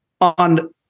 on